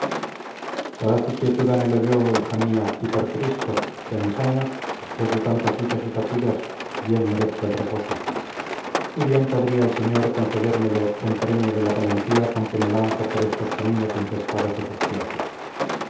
paz y quietud anhelo yo hija mía y por cristo que a mis años después de tantas luchas y fatigas bien merezco el reposo y bien podría el señor concedérmelo en premio de la valentía con que me lanzo por estos caminos infestados de facciosos